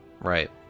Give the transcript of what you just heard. right